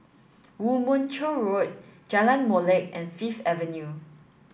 Woo Mon Chew Road Jalan Molek and Fifth Avenue